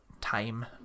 time